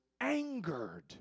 angered